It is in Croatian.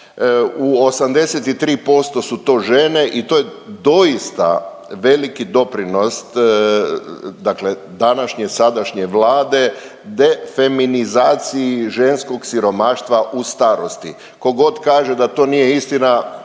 u 83% su to žene i to je doista veliki doprinos dakle današnje sadašnje Vlade defeminizaciji ženskog siromaštva u starosti. Ko god kaže da to nije istina